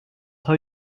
tell